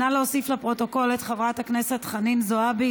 נא להוסיף לפרוטוקול את חברת הכנסת חנין זועבי,